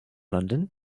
london